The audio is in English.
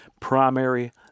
Primary